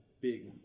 big